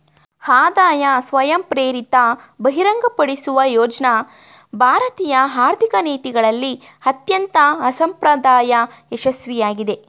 ಆದಾಯ ಸ್ವಯಂಪ್ರೇರಿತ ಬಹಿರಂಗಪಡಿಸುವ ಯೋಜ್ನ ಭಾರತೀಯ ಆರ್ಥಿಕ ನೀತಿಗಳಲ್ಲಿ ಅತ್ಯಂತ ಅಸಂಪ್ರದಾಯ ಯಶಸ್ವಿಯಾಗಿದೆ